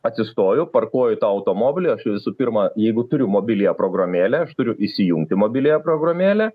atsistoju parkuoju tą automobilį aš visų pirma jeigu turiu mobiliąją programėlę aš turiu įsijungti mobiliąją programėlę